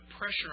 pressure